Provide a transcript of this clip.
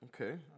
Okay